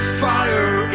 fire